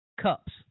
cups